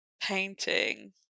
painting